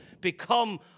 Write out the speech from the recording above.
become